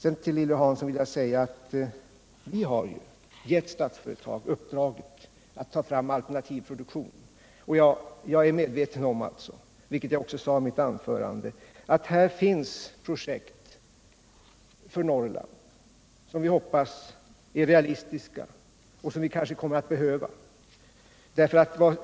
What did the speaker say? Jag vill säga till Lilly Hansson att vi har gett Statsföretag i uppdrag att ta fram alternativ produktion och att, vilket jag också sade i mitt anförande, det finns projekt för Norrland som vi hoppas är realistiska och kanske kommer att behövas.